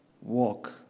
walk